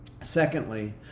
Secondly